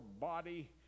body